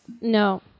No